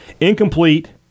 Incomplete